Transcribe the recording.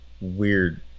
weird